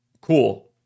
Cool